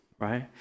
right